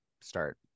start